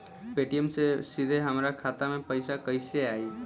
Paytm से सीधे हमरा खाता मे पईसा कइसे आई?